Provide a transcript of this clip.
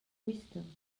wisdom